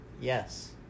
Yes